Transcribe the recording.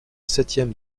septième